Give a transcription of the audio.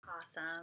Awesome